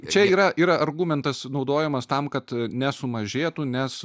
čia yra yra argumentas naudojamas tam kad nesumažėtų nes